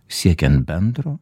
siekiant bendro